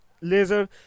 laser